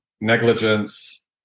negligence